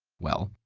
well,